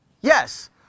Yes